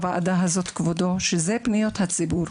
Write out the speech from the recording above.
שבוועדת פניות הציבור,